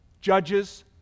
Judges